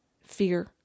fear